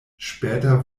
später